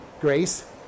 Grace